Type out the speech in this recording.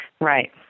Right